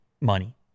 money